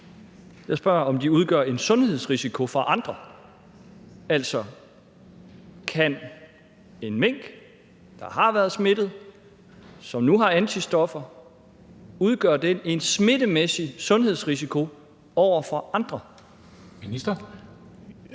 Jeg spørger, om de udgør en sundhedsrisiko for andre. Altså, udgør en mink, der har været smittet, og som nu har antistoffer, en smittemæssig sundhedsrisiko over for andre? Kl.